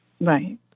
Right